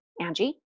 Angie